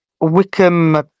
Wickham